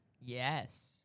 Yes